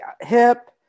hip